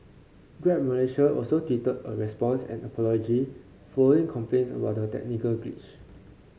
Grab Malaysia also tweeted a response and apology following complaints about the technical glitch